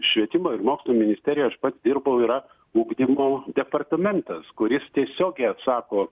švietimo ir mokslo ministerijos aš pats dirbau yra ugdymo departamentas kuris tiesiogiai atsako